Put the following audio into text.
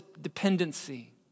dependency